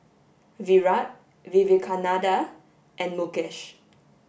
Virat Vivekananda and Mukesh